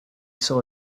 saw